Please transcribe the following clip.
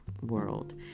world